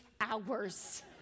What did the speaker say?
hours